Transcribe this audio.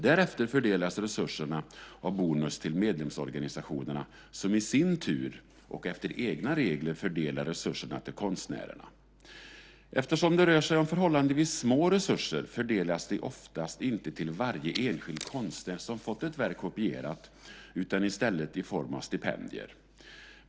Därefter fördelas resurserna av Bonus till medlemsorganisationerna, som i sin tur och efter egna regler fördelar resurserna till konstnärerna. Eftersom det rör sig om förhållandevis små resurser, fördelas de oftast inte till varje enskild konstnär som fått ett verk kopierat utan i stället i form av stipendier.